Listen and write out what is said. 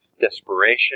Desperation